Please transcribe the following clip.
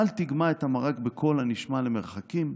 אל תגמע את המרק בקול הנשמע למרחקים,